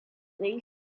please